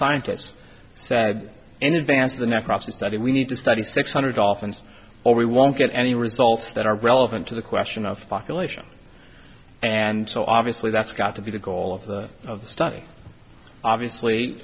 scientists said in advance of the next to study we need to study six hundred dolphins or we won't get any results that are relevant to the question of population and so obviously that's got to be the goal of the of the study obviously